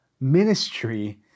ministry